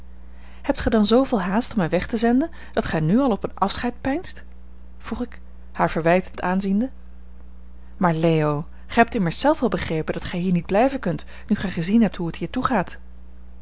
hebt gij dan zooveel haast om mij weg te zenden dat gij nu al op een afscheid peinst vroeg ik haar verwijtend aanziende maar leo gij hebt immers zelf wel begrepen dat gij hier niet blijven kunt nu gij gezien hebt hoe het hier toegaat